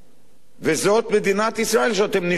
וזאת מדינת ישראל שאתם נשבעים לה אמונים